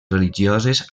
religioses